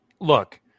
look